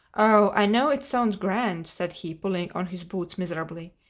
oh i know it sounds grand, said he, pulling on his boots miserably.